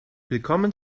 willkommen